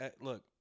Look